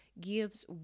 gives